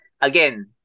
again